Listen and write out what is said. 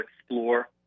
explore